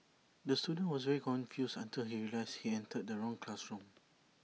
the student was very confused until he realised he entered the wrong classroom